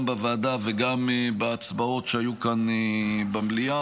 גם בוועדה וגם בהצבעות שהיו כאן במליאה,